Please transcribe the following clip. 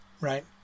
right